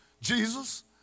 Jesus